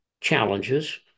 challenges